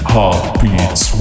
Heartbeats